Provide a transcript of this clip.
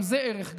גם זה ערך גדול.